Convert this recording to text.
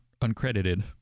uncredited